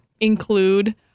include